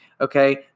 okay